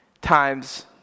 times